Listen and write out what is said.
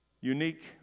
unique